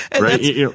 Right